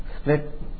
split